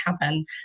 happen